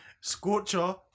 Scorcher